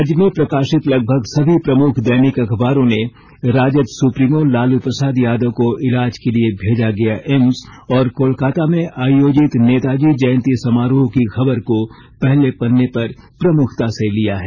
राज्य में प्रकाशित लगभग सभी प्रमुख दैनिक अखबारों ने राजद सुप्रीमों लालू प्रसाद यादव को इलाज के लिए भेजा गया एम्स और कोलकाता में आयोजित नेताजी जयंती समारोह की खबर को पहले पन्ने पर प्रमुखता से लिया है